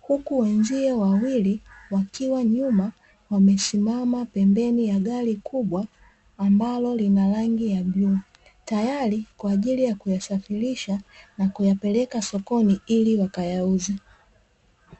huku wenzie wawili wakiwa nyuma wamesimama pembeni ya gari kubwa ambalo lina rangi ya bluu; tayari kwa ajili ya kuyasafirisha na kuyapeleka sokoni ili wakayauze.